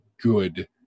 good